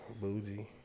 bougie